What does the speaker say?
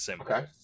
Okay